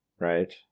Right